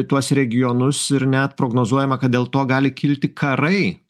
tuos regionus ir net prognozuojama kad dėl to gali kilti karai